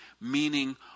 meaning